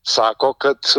sako kad